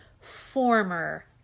former